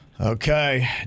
Okay